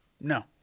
no